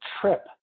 trip